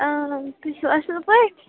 تۄہہِ چھُو اَصٕل پٲٹھۍ